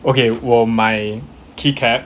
okay 我买 key cap